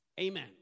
Amen